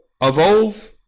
evolve